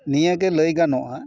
ᱱᱤᱭᱟᱹ ᱜᱮ ᱞᱟᱹᱭ ᱜᱟᱱᱚᱜᱼᱟ